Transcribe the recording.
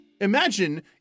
Imagine